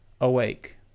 awake